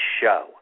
show